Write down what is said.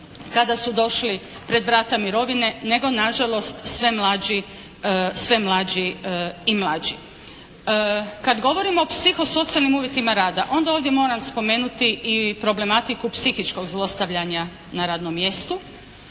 kada su došli pred vrata mirovine, nego nažalost sve mlađi i mlađi. Kad govorimo o psihosocijalnim uvjetima rada, onda ovdje moram spomenuti i problematiku psihičkog zlostavljanja na radnom mjestu.